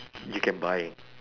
you can buy